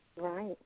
Right